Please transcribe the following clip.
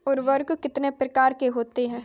उर्वरक कितने प्रकार के होते हैं?